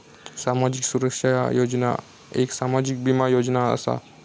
सामाजिक सुरक्षा योजना एक सामाजिक बीमा योजना असा